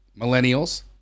millennials